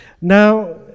Now